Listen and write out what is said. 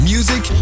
Music